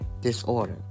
disorder